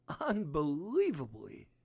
Unbelievably